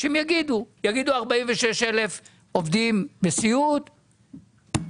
אם הם יגידו 46,000 עובדים בסיעוד,